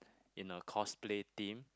in a cosplay theme